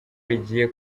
rigiye